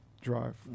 drive